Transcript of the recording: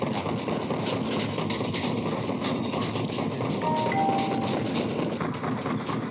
जाके उसको किसी चीज़ से बांध देते हैं यानी कि उसका विष